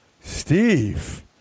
steve